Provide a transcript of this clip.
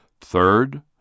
Third